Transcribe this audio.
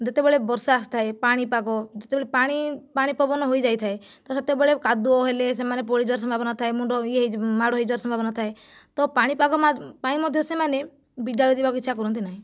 ଯେତେବେଳେ ବର୍ଷା ଅସୁଥାଏ ପାଣିପାଗ ଯେତେବେଳେ ପାଣି ପାଣି ପବନ ହୋଇ ଯାଇଥାଏ ତ ସେତେବେଳେ କାଦୁଅ ହେଲେ ସେମାନେ ପଡ଼ିଯିବାର ସମ୍ଭାବନା ଥାଏ ମୁଣ୍ଡ ଇଏ ମାଡ଼ ହୋଇଯିବାର ସମ୍ଭାବନା ଥାଏ ତ ପାଣିପାଗ ପାଇଁ ମଧ୍ୟ ସେମାନେ ବିଦ୍ୟାଳୟ ଯିବାକୁ ଇଚ୍ଛା କରନ୍ତି ନାହିଁ